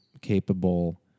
capable